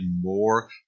more